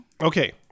Okay